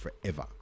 forever